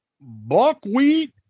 Buckwheat